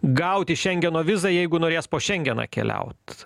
gauti šengeno vizą jeigu norės po šengeną keliaut